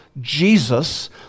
Jesus